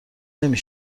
نمی